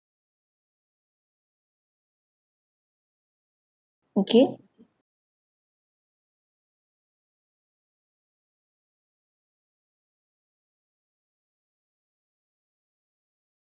okay